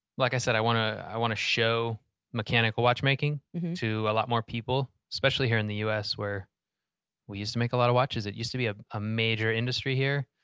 like i said, i want to i want to show mechanical watchmaking to a lot more people, especially here in the u s. where we used to make a lot of watches, it used to be ah a major industry here.